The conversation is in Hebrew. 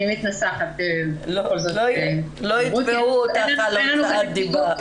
אני מתנסחת בכל זאת ב --- לא יתבעו אותך על הוצאת דיבה.